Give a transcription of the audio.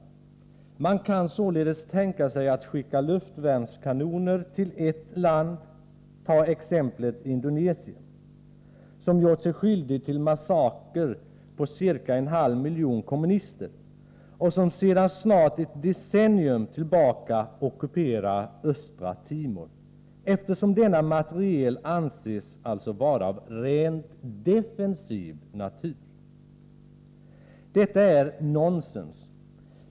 Utskottsmajoriteten kan således tänka sig att skicka luftvärnskanoner till ett land — ta exemplet Indonesien, som gjort sig skyldigt till massaker på ca en halv miljon kommunister och som sedan snart ett decennium tillbaka ockuperar Östra Timor — eftersom denna materiel anses vara av rent defensiv natur. Detta är ju nonsens.